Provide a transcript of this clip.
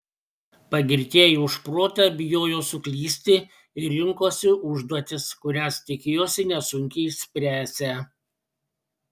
pagirtieji už protą bijojo suklysti ir rinkosi užduotis kurias tikėjosi nesunkiai išspręsią